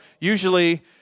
usually